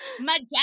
Majestic